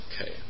Okay